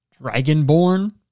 Dragonborn